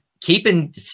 keeping